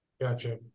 gotcha